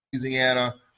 Louisiana